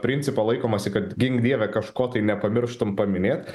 principo laikomasi kad gink dieve kažko tai nepamirštum paminėt